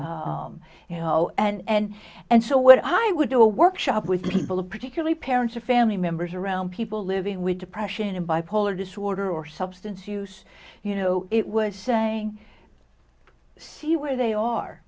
you you know and and so what i would do a workshop with people particularly parents or family members around people living with depression and bipolar disorder or substance use you know it was saying see where they are